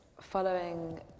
following